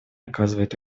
оказывает